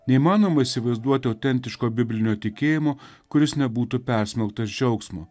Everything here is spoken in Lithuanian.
neįmanoma įsivaizduoti autentiško biblinio tikėjimo kuris nebūtų persmelktas džiaugsmo